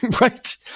right